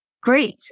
Great